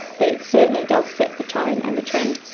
but it certainly does set the tone and the trend,